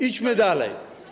Idźmy dalej.